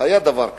היה דבר כזה.